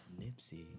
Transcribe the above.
Nipsey